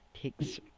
Takes